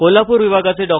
कोल्हापूर वनविभागाचे डॉ